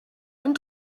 ein